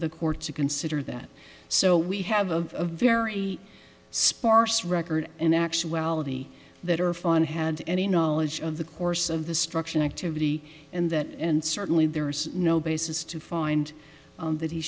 the court to consider that so we have a very sparse record in actuality that are fun had any knowledge of the course of the struction activity and that and certainly there's no basis to find that he